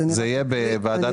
זה יהיה בוועדה,